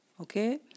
Okay